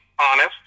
honest